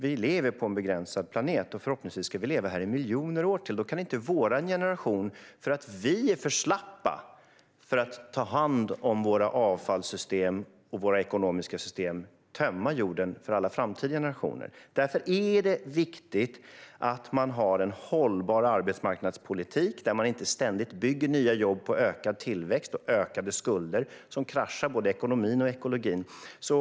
Vi lever på en begränsad planet, och förhoppningsvis ska vi leva här i miljoner år till. Då kan inte vår generation tömma jorden för alla framtida generationer för att vi är för slappa för att ta hand om våra avfallssystem och våra ekonomiska system. Därför är det viktigt att man har en hållbar arbetsmarknadspolitik där man inte ständigt bygger nya jobb på ökad tillväxt och ökade skulder som kraschar både ekonomin och ekologin.